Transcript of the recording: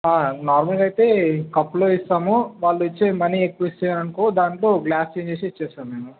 నార్మల్గా అయితే కప్పులో ఇస్తాము వాళ్ళు ఇచ్చే మనీ ఎక్కువ ఇచ్చినారు అనుకో దాంతో గ్లాస్ చేంజ్ చేసి ఇచ్చేస్తాం మేము